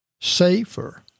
safer